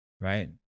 right